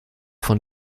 von